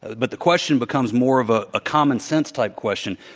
but the question becomes more of a ah common-sense type question.